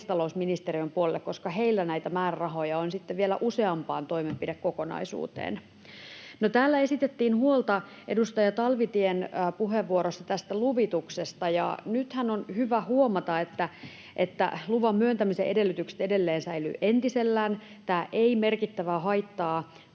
metsätalousministeriön puolelle, koska heillä näitä määrärahoja on sitten vielä useampaan toimenpidekokonaisuuteen. Täällä edustaja Talvitien puheenvuorossa esitettiin huolta tästä luvituksesta. Nythän on hyvä huomata, että luvan myöntämisen edellytykset edelleen säilyvät entisellään. Tämä ei merkittävästi haittaa